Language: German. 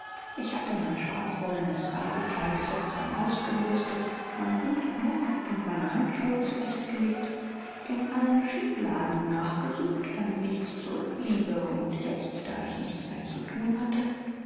ich hatte mein schwarzwollenes reisekleid sorgsam ausgebürstet meinen hut muff und meine handschuhe zurecht gelegt in allen schiebladen nachgesucht damit nichts zurückbliebe und jetzt da ich nichts mehr zu thun hatte